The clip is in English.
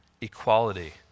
equality